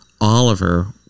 Oliver